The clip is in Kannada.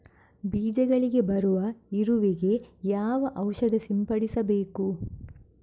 ಬೀಜಗಳಿಗೆ ಬರುವ ಇರುವೆ ಗೆ ಯಾವ ಔಷಧ ಸಿಂಪಡಿಸಬೇಕು?